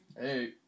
Hey